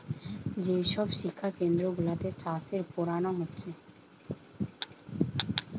যে সব শিক্ষা কেন্দ্র গুলাতে চাষের পোড়ানা হচ্ছে